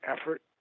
effort